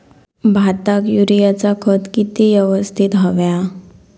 भाताक युरियाचा खत किती यवस्तित हव्या?